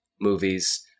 movies